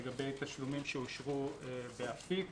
לגבי תשלומים שאושרו באפיק